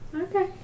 Okay